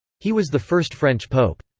he was the first french pope.